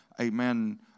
amen